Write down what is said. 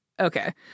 Okay